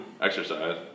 Exercise